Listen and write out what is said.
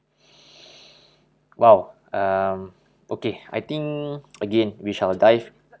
!wow! um okay I think again we shall dive